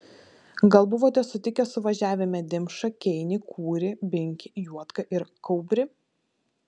gal buvote sutikę suvažiavime dimšą keinį kūrį binkį juodką ir kaubrį